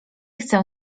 chcę